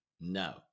no